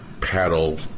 paddle